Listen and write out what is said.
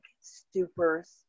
stupors